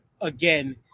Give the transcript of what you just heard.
again